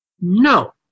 No